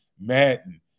Madden